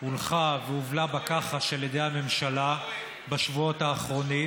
הונחתה והובלה בכחש על ידי הממשלה בשבועות האחרונים.